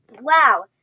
Wow